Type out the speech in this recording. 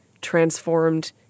transformed